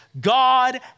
God